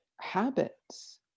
Habits